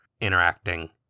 interacting